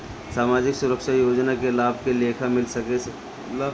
सामाजिक सुरक्षा योजना के लाभ के लेखा मिल सके ला?